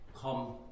Come